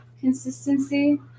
consistency